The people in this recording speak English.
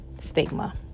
stigma